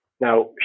Now